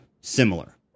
similar